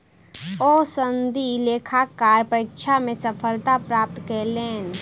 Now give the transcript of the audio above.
ओ सनदी लेखाकारक परीक्षा मे सफलता प्राप्त कयलैन